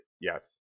yes